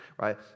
right